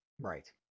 Right